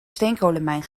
steenkolenmijn